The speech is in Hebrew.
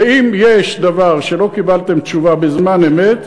ואם יש דבר שלא קיבלתם תשובה בזמן אמת,